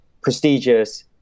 prestigious